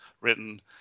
written